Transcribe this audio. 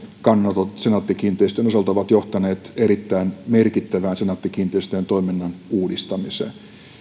kannanotot senaatti kiinteistöjen osalta ovat johtaneet erittäin merkittävään senaatti kiinteistöjen toiminnan uudistamiseen